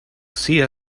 see